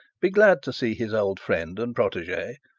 be glad to see his old friend and protege,